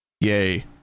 Yay